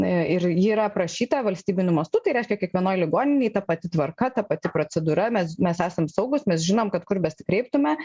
ir ji yra aprašyta valstybiniu mastu tai reiškia kiekvienoj ligoninėj ta pati tvarka ta pati procedūra nes mes esam saugūs mes žinom kad kur besikreiptume